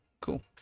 cool